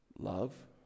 Love